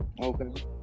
Okay